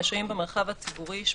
(א) השוהים במרחב הציבורי ישמרו,